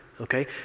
Okay